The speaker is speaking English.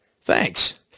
thanks